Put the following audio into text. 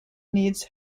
needs